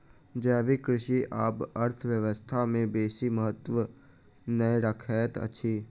जैविक कृषि आब अर्थव्यवस्था में बेसी महत्त्व नै रखैत अछि